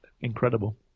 incredible